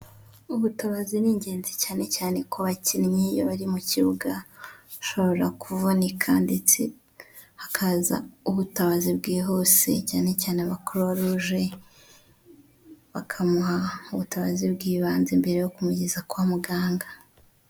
Ubutabazi ni ingenzi cyane cyane ku bakinnyi bari mu kibuga, bashobora kuvunika ndetse hakaza ubutabazi bwihuse, cyane cyane abakuruwa ruje, bakamuha ubutabazi bw'ibanze mbere yo kumugeza kwa muganga.